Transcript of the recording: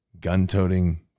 gun-toting